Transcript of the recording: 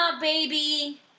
Baby